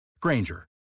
Granger